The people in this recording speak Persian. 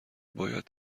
باید